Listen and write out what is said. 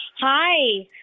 Hi